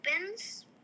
opens